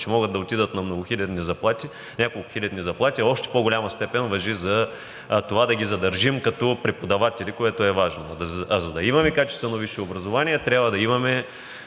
че могат да отидат на няколкохилядни заплати, още в по-голяма степен важи за това да ги задържим като преподаватели, което е важно. За да имаме качествено висше образование, трябва да имаме